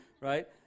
right